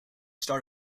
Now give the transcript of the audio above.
start